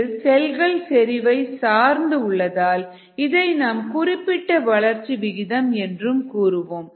இது செல்கள் செறிவை சார்ந்து உள்ளதால் இதை நாம் குறிப்பிட்ட வளர்ச்சி விகிதம் என்று கூறுவோம்